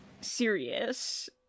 serious